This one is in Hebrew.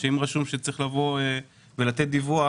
שאם רשום שצריך לתת דיווח,